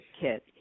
kit